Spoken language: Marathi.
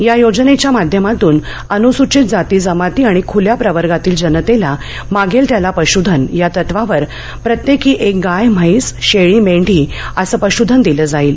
या योजनेच्या माध्यमातून अनुसूचित जाती जमाती आणि खुल्या प्रवर्गातील जनतेला मागेल त्याला पशुधन या तत्वावर प्रत्येकी एक गाय म्हैस शेळी मेंढी असं पशुधन दिल जाईल